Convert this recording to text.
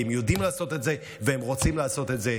כי הם יודעים לעשות את זה והם רוצים לעשות את זה,